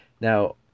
now